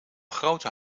grote